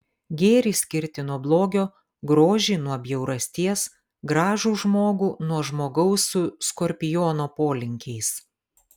gėrį skirti nuo blogio grožį nuo bjaurasties gražų žmogų nuo žmogaus su skorpiono polinkiais